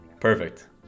Perfect